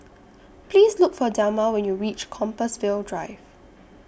Please Look For Delma when YOU REACH Compassvale Drive